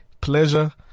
pleasure